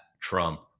Trump